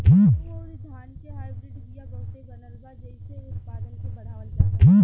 गेंहू अउरी धान के हाईब्रिड बिया बहुते बनल बा जेइसे उत्पादन के बढ़ावल जाता